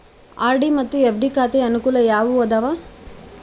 RD ಮತ್ತು FD ಖಾತೆಯ ಅನುಕೂಲ ಯಾವುವು ಅದಾವ?